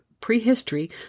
prehistory